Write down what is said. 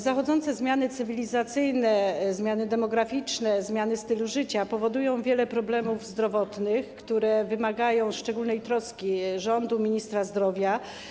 Zachodzące zmiany cywilizacyjne, zmiany demograficzne, zmiany stylu życia powodują wiele problemów zdrowotnych, które wymagają szczególnej troski rządu, ministra zdrowia.